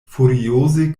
furioze